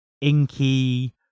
inky